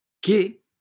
que